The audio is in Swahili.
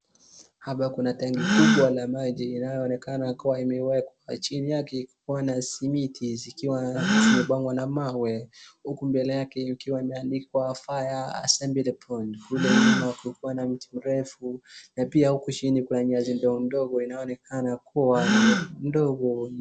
Hapa kuna tanki kubwa la maji inayoonekana kuwa imewekwa. Chini yake kuna simiti zikiwa zimepangwa na mawe, huku mbele yake kukiwa kumeandikwa FIRE ASSEMBLY POINT . Kule nyuma kulikuwa na miti mirefu na pia huku chini kuna nyasi ndogo inayoonekana kuwa ni ndogo.